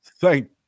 Thank